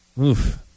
Oof